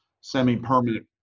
semi-permanent